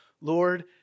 Lord